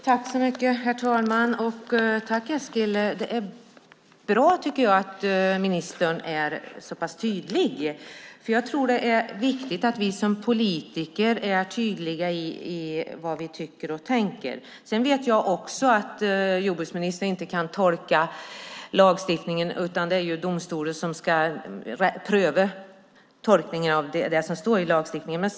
Herr talman! Tack, Eskil! Det är bra att ministern är så pass tydlig, för jag tror att det är viktigt att vi som politiker är tydliga med vad vi tycker och tänker. Jag vet att jordbruksministern inte kan tolka lagstiftningen, utan det är domstolen som ska göra tolkningen av det som står i lagstiftningen.